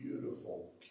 beautiful